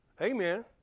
Amen